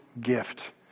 gift